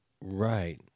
Right